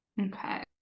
okay